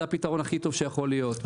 זה הפתרון הכי טוב שיכול להיות.